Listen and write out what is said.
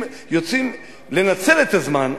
יוצאים לנצל את הזמן,